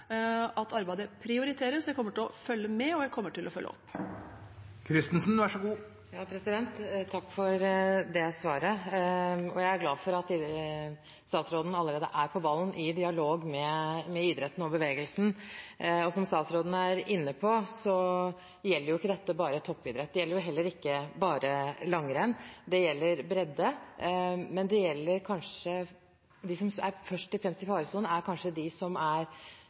at arbeidet prioriteres, og jeg kommer til å følge med, og jeg kommer til å følge opp. Takk for svaret, og jeg er glad for at statsråden allerede er på ballen i dialog med idretten og bevegelsen. Som statsråden er inne på, gjelder dette ikke bare toppidretten. Det gjelder heller ikke bare langrenn. Det gjelder bredde, men de som først og fremst er i faresonen, er kanskje de som er